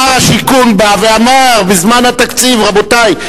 שר השיכון בא ואמר בזמן התקציב: רבותי,